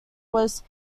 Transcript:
was